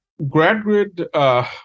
GradGrid